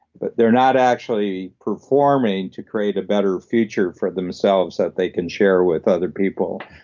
but they're not actually performing to create a better future for themselves that they can share with other people.